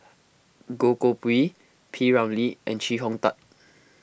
Goh Koh Pui P Ramlee and Chee Hong Tat